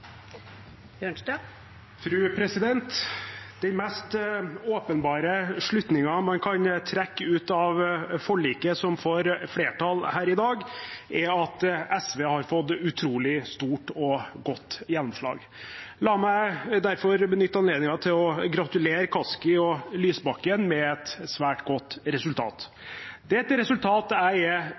Den mest åpenbare slutningen man kan trekke av forliket som får flertall her i dag, er at SV har fått utrolig stort og godt gjennomslag. La meg derfor benytte anledningen til å gratulere Kaski og Lysbakken med et svært godt resultat. Det er et resultat jeg er